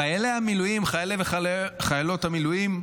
חיילי המילואים, חיילי וחיילות המילואים,